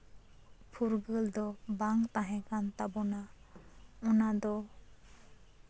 ᱯᱷᱩᱨᱜᱟᱹᱞ ᱫᱚ ᱵᱟᱝ ᱛᱟᱦᱮᱸ ᱠᱟᱱ ᱛᱟᱵᱳᱱᱟ ᱚᱱᱟ ᱫᱚ